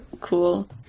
cool